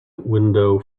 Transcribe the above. window